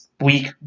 week